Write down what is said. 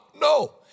No